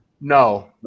No